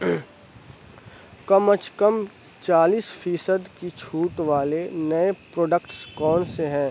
کم از کم چالیس فیصد کی چھوٹ والے نیے پروڈکٹس کون سے ہیں